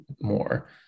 more